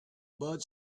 bud